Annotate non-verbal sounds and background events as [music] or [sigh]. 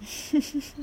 [laughs]